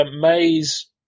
May's